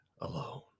alone